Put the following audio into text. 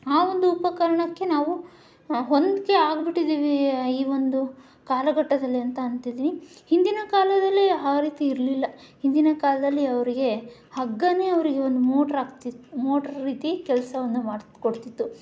ಆ ಒಂದು ಉಪಕರಣಕ್ಕೆ ನಾವು ಹೊಂದಿಕೆ ಆಗ್ಬಿಟ್ಟಿದ್ದೀವಿ ಈ ಒಂದು ಕಾಲಘಟ್ಟದಲ್ಲಿ ಅಂತ ಅಂತಿದ್ದಿರಿ ಹಿಂದಿನ ಕಾಲದಲ್ಲಿ ಆ ರೀತಿ ಇರಲಿಲ್ಲ ಹಿಂದಿನ ಕಾಲದಲ್ಲಿ ಅವರಿಗೆ ಹಗ್ಗವೇ ಅವರಿಗೆ ಒಂದು ಮೋಟ್ರ್ ಆಗ್ತಿತ್ತು ಮೋಟ್ರ್ ರೀತಿ ಕೆಲಸವನ್ನ ಮಾಡ್ಕೊಡ್ತಿತ್ತು